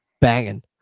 banging